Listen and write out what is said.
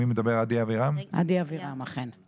עדי אבירם, בבקשה.